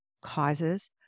causes